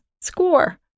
Score